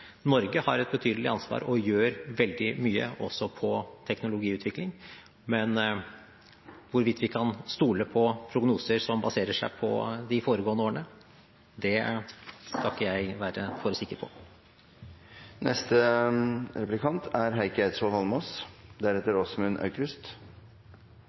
Norge har et betydelig ansvar og gjør veldig mye også på teknologiutvikling, men hvorvidt vi kan stole på prognoser som baserer seg på de foregående årene, skal ikke jeg være for sikker